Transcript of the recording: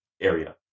area